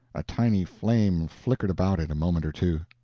a tiny flame flickered about it a moment or two.